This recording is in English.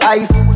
ice